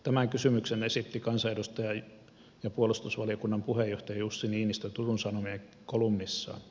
tämän kysymyksen esitti kansanedustaja ja puolustusvaliokunnan puheenjohtaja jussi niinistö turun sanomien kolumnissaan